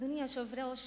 אדוני היושב-ראש,